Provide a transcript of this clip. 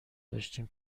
داشتیم